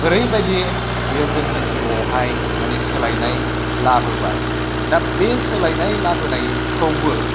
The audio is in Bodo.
ओरैबायदि बियो जोंनि जिउआवहाय माने सोलायनाय लाबोबाय दा बे सोलायनाय लाबोनायखौबो